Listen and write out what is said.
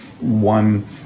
One